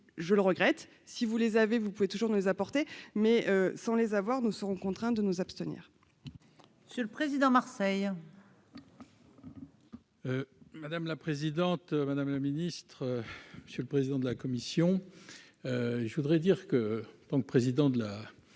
je le regrette, si vous les avez, vous pouvez toujours nous apporter, mais sans les avoir, nous serons contraints de nous abstenir. Sur le président, Marseille. Madame la présidente, madame la ministre, monsieur le président de la commission, je voudrais dire que tant que président de la du